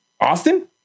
Austin